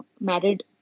married